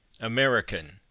American